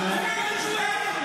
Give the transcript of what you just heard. זה הכבוד למשפחות השכולות הדרוזיות?